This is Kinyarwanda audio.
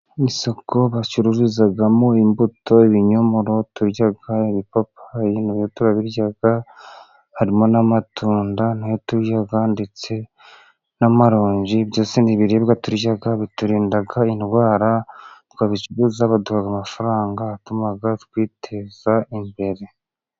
Isoko bacururizamo imbuto, ibinyomoro turya, ibipapayi nabyo turya, harimo n'amatunda na yo turya, ndetse n'amaronji, byose ni ibiribwa turya biturinda indwara, twabicuruza bakaduha amafaranga atuma twiteza imbere.